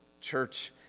Church